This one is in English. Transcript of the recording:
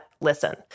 listen